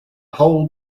whole